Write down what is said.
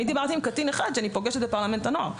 אני דיברתי עם קטין אחד שאני פוגשת בפרלמנט הנוער.